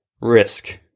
risk